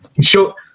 show